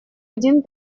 один